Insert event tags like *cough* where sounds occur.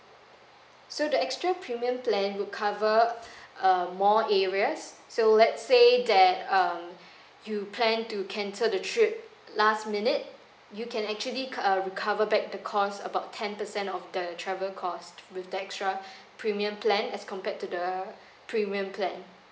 so the extra premium plan would cover *breath* uh more areas so let's say that um *breath* you plan to cancel the trip last minute you can actually co~ uh recover back the cost about ten percent of the travel cost with the extra *breath* premium plan as compared to the premium plan